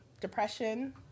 depression